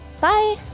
bye